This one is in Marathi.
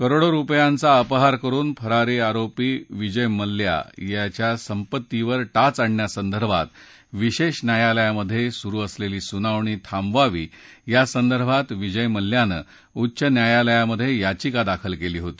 करोडो रुपयाचा अपहार करुन फरारी आरोपी विजय मल्ल्या याच्या संपत्तीवर टाच आणण्यासंदर्भात विशेष न्यायालयात सुरु असलेली सुनावणी थांबवावी यासंदर्भात विजय मल्ल्यानं उच्च न्यायालयात याचिका दाखल केली होती